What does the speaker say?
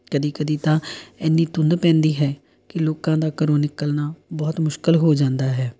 ਕਦੇ ਕਦੇ ਤਾਂ ਇੰਨੀ ਧੁੰਦ ਪੈਂਦੀ ਹੈ ਕਿ ਲੋਕਾਂ ਦਾ ਘਰੋਂ ਨਿਕਲਣਾ ਬਹੁਤ ਮੁਸ਼ਕਿਲ ਹੋ ਜਾਂਦਾ ਹੈ